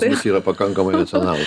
pas mus yra pakankamai racionalūs